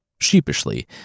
sheepishly